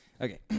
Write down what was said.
Okay